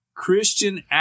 Christian